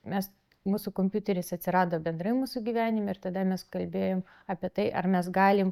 mes mūsų kompiuteris atsirado bendrai mūsų gyvenime ir tada mes kalbėjom apie tai ar mes galim